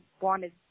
wanted